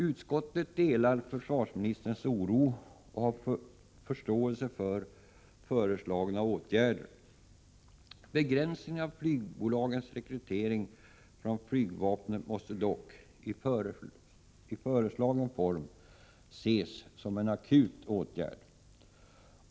Utskottet delar försvarsministerns oro och har förståelse för föreslagna åtgärder. Begränsningen av flygbolagens rekrytering från flygvapnet måste dock — i föreslagen form — ses som en akut åtgärd.